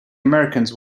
americans